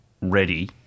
ready